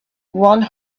one